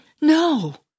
No